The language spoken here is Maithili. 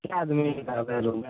कै आदमी रहबै रूममे